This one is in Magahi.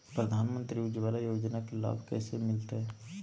प्रधानमंत्री उज्वला योजना के लाभ कैसे मैलतैय?